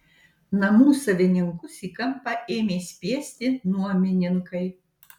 namų savininkus į kampą ėmė spiesti nuomininkai